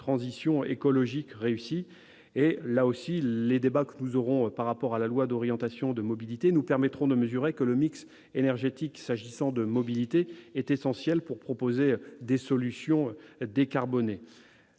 transition écologique réussie. Là aussi, les débats que nous aurons lors de l'examen du projet de loi d'orientation des mobilités nous permettront de mesurer que le mix énergétique, s'agissant de mobilité, est essentiel pour proposer des solutions décarbonées.